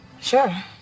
Sure